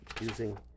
using